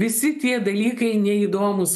visi tie dalykai neįdomūs